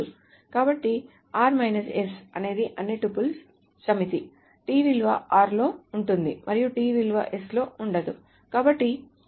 కాబట్టి r s అనేది అన్ని టుపుల్స్ సమితి t విలువ r లో ఉంటుంది మరియు t విలువ s లో ఉండదు